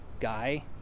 guy